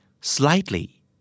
Slightly